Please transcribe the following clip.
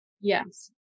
yes